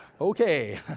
Okay